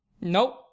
Nope